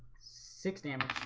six damage